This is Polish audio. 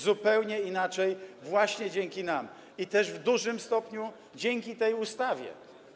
Zupełnie inaczej - właśnie dzięki nam i też w dużym stopniu dzięki tej ustawie.